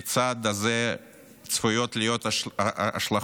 לצעד הזה צפויות להיות השלכות